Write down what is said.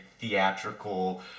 theatrical